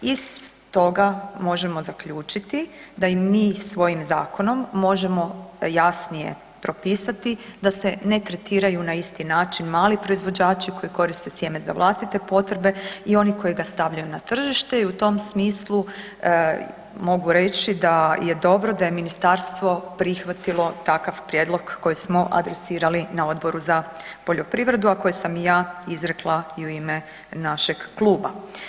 Iz toga možemo zaključiti da im mi svojim zakonom možemo jasnije propisati da se ne tretiraju na isti način mali proizvođači koji koriste sjeme za vlastite potrebe i oni koji ga stavljaju na tržište i u tom smislu mogu reći da je dobro da je ministarstvo prihvatilo takav prijedlog koji smo adresirali na Odboru za poljoprivredu a koji sam i ja izrekla i u ime našeg kluba.